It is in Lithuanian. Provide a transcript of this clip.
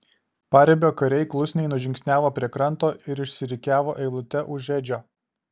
paribio kariai klusniai nužingsniavo prie kranto ir išsirikiavo eilute už edžio